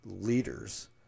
leaders